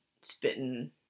spitting